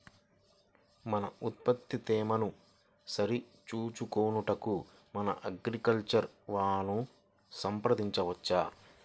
మన ఉత్పత్తి తేమను సరిచూచుకొనుటకు మన అగ్రికల్చర్ వా ను సంప్రదించవచ్చా?